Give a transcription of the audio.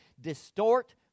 distort